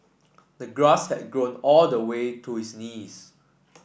the grass had grown all the way to his knees